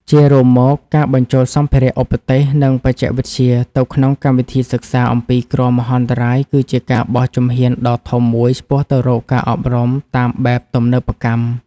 ជារួមមក ការបញ្ចូលសម្ភារ:ឧបទេស និងបច្ចេកវិទ្យាទៅក្នុងកម្មវិធីសិក្សាអំពីគ្រោះមហន្តរាយ គឺជាការបោះជំហានដ៏ធំមួយឆ្ពោះទៅរកការអប់រំតាមបែបទំនើបកម្ម។